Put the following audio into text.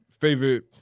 favorite –